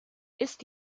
ist